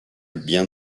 bien